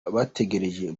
bategereje